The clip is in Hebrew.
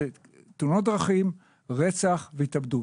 אלה נפגעי תאונות דרכים, רצח והתאבדות.